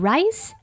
Rice